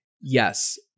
yes